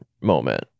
moment